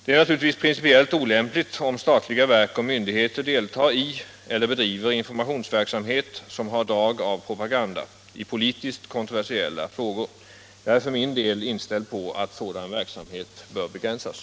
Det är naturligtvis principiellt olämpligt om statliga verk och myndigheter deltar i eller bedriver informationsverksamhet som har drag av propaganda i politiskt kontroversiella frågor. Jag är för min del inställd på att sådan verksamhet bör begränsas.